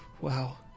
Wow